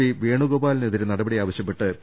P വേണുഗോപാലി നെതിരെ നടപടി ആവശ്യപ്പെട്ട് പി